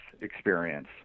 experience